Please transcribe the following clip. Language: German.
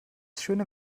schöne